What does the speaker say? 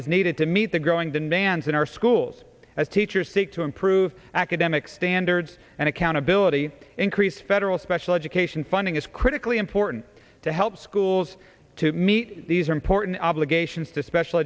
is needed to meet the growing demands in our schools as teachers seek to improve academic standards and accountability increase federal special education funding is critically important to help schools to meet these are important obligations to special